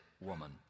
woman